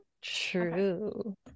true